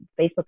facebook